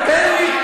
אבל תן לי.